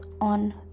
on